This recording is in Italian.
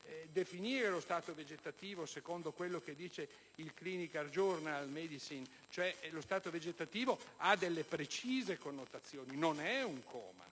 definire lo stato vegetativo secondo quanto dice il *Clinical Journal of Medicine*: lo stato vegetativo ha delle precise connotazioni e di certo non è un coma.